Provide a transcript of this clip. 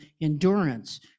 endurance